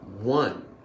One